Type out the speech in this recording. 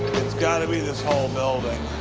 it's gotta be this whole building.